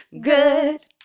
Good